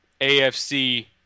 AFC